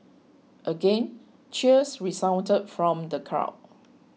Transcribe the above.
again cheers resounded from the crowd